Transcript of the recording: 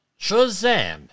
Shazam